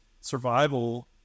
survival